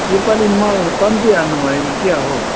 योपालि मल कम्ती हाल्नु भयो कि क्या हो